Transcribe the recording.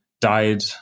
died